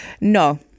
no